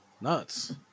Nuts